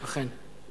אכן.